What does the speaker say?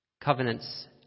Covenants